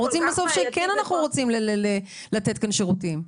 אנחנו רוצים בסוף לתת כאן שירותים.